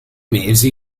mesi